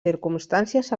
circumstàncies